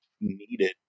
needed